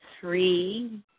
three